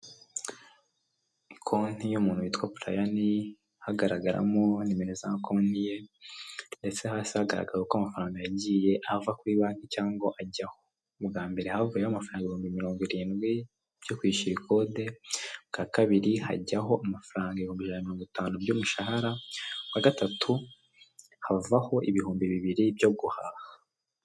Konti y'umuntu witwa Brian hagaragaramo nimero za konti ye ndetse hasi hagaragaye ko amafaranga yagiye ava kuri banki cyangwa ajyaho bwa mbere havuyemo amafaranga ibihumbi mirongo irindwi byo kwishyura ikode bwa kabiri hajyaho amafaranga ibihumbi ijana na mirongo itanu by'umushahara bwa gatatu havaho ibihumbi bibiri byo guhaha .